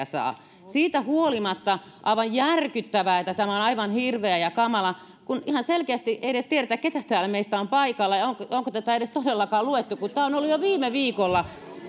saa siitä huolimatta aivan järkyttävää ja tämä on aivan hirveä ja kamala kun ihan selkeästi ei edes tiedetä keitä täällä meistä on paikalla ja onko onko tätä edes todellakaan luettu kun tämä on ollut jo viime viikolla